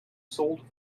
sold